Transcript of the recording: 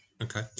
Okay